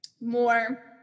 more